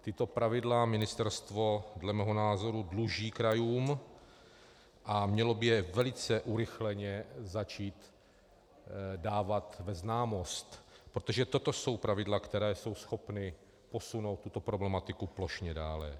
Tato pravidla ministerstvo dle mého názoru dluží krajům a mělo by je velice urychleně začít dávat ve známost, protože toto jsou pravidla, která jsou schopna posunout tuto problematiku plošně dále.